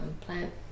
plant